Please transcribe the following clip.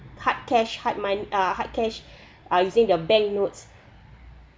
hard cash hard mone~ uh hard cash uh using the bank notes